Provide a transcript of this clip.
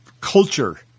culture